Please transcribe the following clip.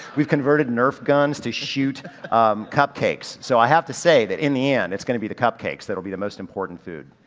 we've converted nerf guns to shoot cupcakes. so i have to say that in the end it's gonna be the cupcakes that'll be the most important food.